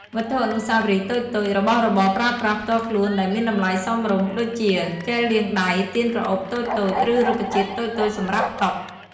វត្ថុអនុស្សាវរីយ៍តូចៗ របស់របរប្រើប្រាស់ផ្ទាល់ខ្លួនដែលមានតម្លៃសមរម្យ ដូចជា ជែលលាងដៃ ទៀនក្រអូបតូចៗ ឬ រុក្ខជាតិតូចៗសម្រាប់តុ។